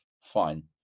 fine